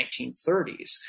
1930s